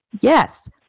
yes